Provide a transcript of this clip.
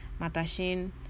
Matashin